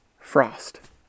frost